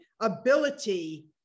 ability